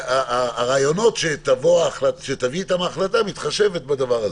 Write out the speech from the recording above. הרעיונות שתביא אתם ההחלטה מתחשבת בדבר הזה.